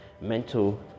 mental